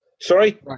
sorry